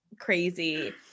crazy